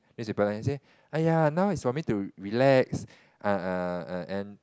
newspaper leh then she say !aiya! now is for me to relax uh and